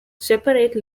separate